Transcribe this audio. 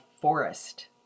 forest